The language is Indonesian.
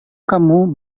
kamu